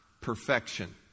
perfection